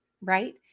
right